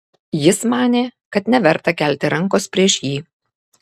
jis manė kad neverta kelti rankos prieš jį